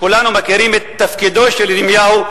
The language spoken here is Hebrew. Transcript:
כולנו מכירים את תפקידו של ירמיהו,